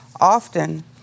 often